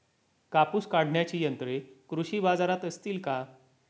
कापूस काढण्याची यंत्रे कृषी बाजारात असतील का?